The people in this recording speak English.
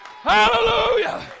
Hallelujah